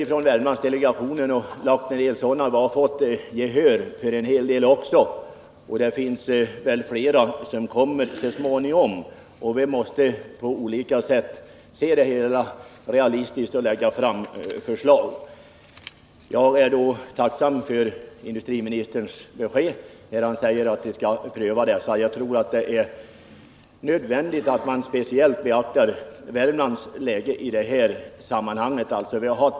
Inom Värmlandsdelegationen har vi presenterat åtskilliga förslag, och vi har fått gehör för en hel del av dem. Flera kommer säkert så småningom, och jag är tacksam för industriministerns besked att regeringen skall pröva dessa. Jag tror att det är nödvändigt att man i det här sammanhanget speciellt beaktar Värmlands situation.